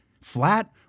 flat